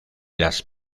las